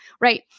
right